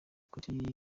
kuri